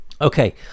okay